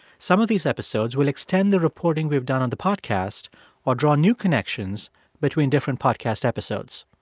some of these episodes will extend the reporting we've done on the podcast or draw new connections between different podcast episodes.